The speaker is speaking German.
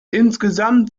insgesamt